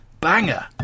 Banger